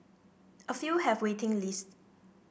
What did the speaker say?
a few have waiting lists